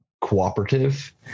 cooperative